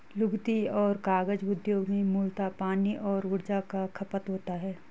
लुगदी और कागज उद्योग में मूलतः पानी और ऊर्जा का खपत होता है